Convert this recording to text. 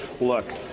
look